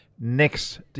next